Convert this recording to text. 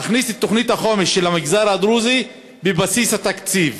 להכניס את תוכנית החומש של המגזר הדרוזי בבסיס התקציב.